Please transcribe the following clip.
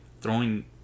throwing